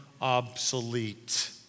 obsolete